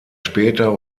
später